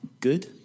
good